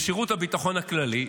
משירות הביטחון הכללי,